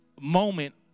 moment